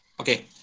Okay